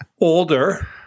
Older